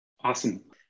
Awesome